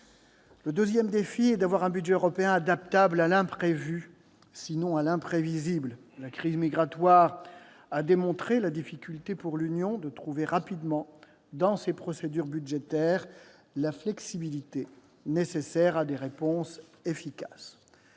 Le deuxième défi est d'avoir un budget européen adaptable à l'imprévu, sinon à l'imprévisible. La crise migratoire a démontré la difficulté pour l'Union de trouver rapidement, dans ses procédures budgétaires, la flexibilité nécessaire à des réponses efficaces.